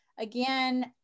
Again